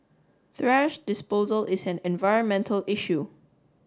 thrash disposal is an environmental issue